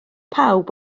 pawb